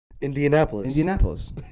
Indianapolis